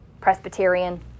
Presbyterian